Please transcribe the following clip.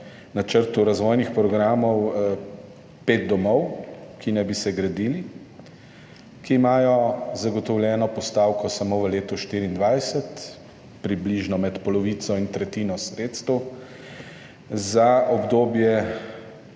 Načrtu razvojnih programov imamo pet domov, ki naj bi se gradili, ki imajo zagotovljeno postavko samo v letu 2024, približno med polovico in tretjino sredstev, za obdobje